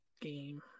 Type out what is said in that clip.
game